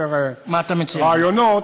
יותר רעיונות.